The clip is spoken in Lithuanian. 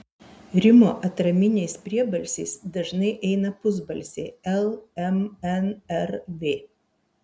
rimo atraminiais priebalsiais dažnai eina pusbalsiai l m n r v